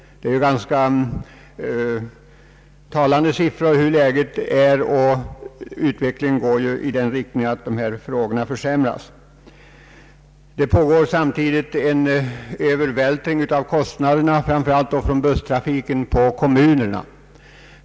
Det är ganska talande siffror för hur läget är, och utvecklingen går ju i sådan riktning att dessa trafikmöjligheter försämras. Samtidigt pågår en övervältring av kostnaderna för framför allt busstrafiken på kommunerna.